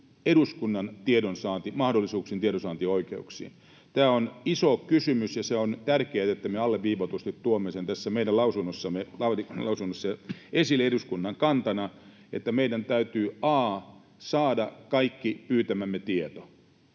eduskunnan tiedonsaantimahdollisuuksiin, tiedonsaantioikeuksiin. Tämä on iso kysymys, ja on tärkeätä, että me alleviivatusti tuomme sen tässä meidän lausunnossamme esille eduskunnan kantana, sen, että meidän täytyy a) saada kaikki pyytämämme tieto,